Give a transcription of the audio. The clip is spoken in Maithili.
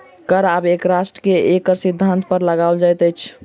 कर आब एक राष्ट्र एक करक सिद्धान्त पर लगाओल जाइत अछि